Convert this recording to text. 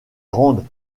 grande